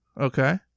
okay